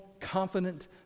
confident